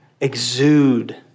exude